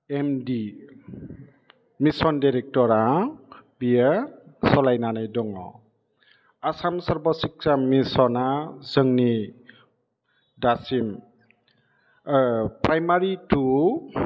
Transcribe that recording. M D mission director आ बियो सालायनानै दङ आसाम सर्भ सिक्षा मिशना जोंनि दासिम प्राइमारि टु